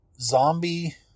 zombie